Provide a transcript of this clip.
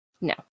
No